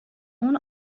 اون